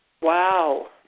Wow